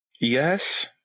Yes